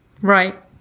Right